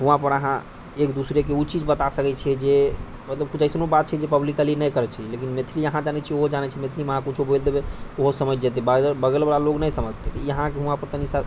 वहाँपर अहाँ एक दूसरेके ओ चीज बता सकै छियै जे मतलब किछु ऐसनो बात छै जे पब्लिकली नहि करै छी लेकिन मैथिली अहाँ जानै छी ओहो जानै छै मैथिलीमे अहाँ किछो बाजि देबै तऽ ओ हो समझि जेतै बगलवला लोक नहि समझतै ई अहाँकेँ वहाँपर कनिसा